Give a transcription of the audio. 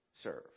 serve